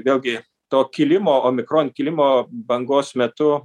vėlgi to kilimo omikron kilimo bangos metu